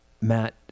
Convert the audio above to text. Matt